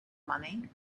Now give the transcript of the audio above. money